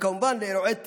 וכמובן אירועי טילים,